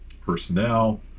personnel